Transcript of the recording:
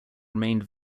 remained